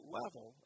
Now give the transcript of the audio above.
level